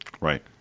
Right